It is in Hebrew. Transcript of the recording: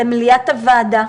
למליאת הוועדה,